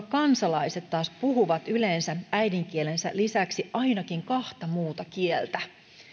kansalaiset taas puhuvat yleensä äidinkielensä lisäksi ainakin kahta muuta kieltä